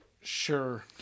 Sure